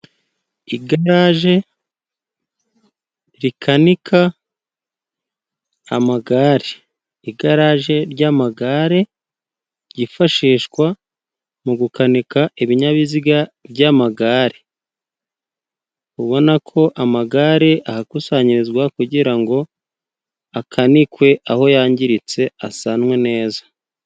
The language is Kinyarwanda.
Igaraje rikanika amagare, igaraje ry'amagare ryifashishwa mu gukanika ibinyabiziga by'amagare, ubona ko amagare ahakusanyirizwa kugirango akanikwe aho yangiritse asanwe neza.